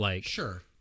Sure